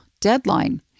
deadline